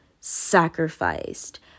sacrificed